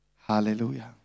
Hallelujah